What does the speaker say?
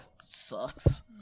Sucks